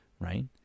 Right